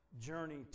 journey